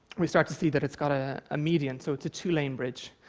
we start to see that it's got ah a median, so it's a two-lane bridge.